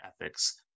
ethics